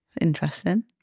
Interesting